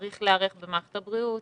צריך להיערך במערכת הבריאות,